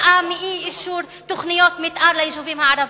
אי-אישור תוכניות מיתאר ליישובים הערביים.